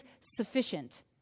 sufficient